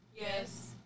Yes